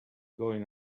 going